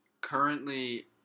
Currently